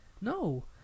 no